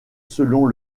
selon